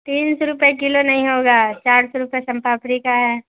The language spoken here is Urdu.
تین سو روپے کلو نہیں ہوگا چار سو روپے سن پاپڑی کا ہے